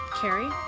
Carrie